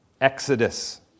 Exodus